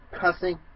cussing